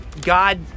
god